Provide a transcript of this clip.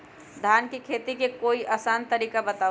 धान के खेती के कोई आसान तरिका बताउ?